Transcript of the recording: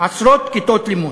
עשרות כיתות לימוד,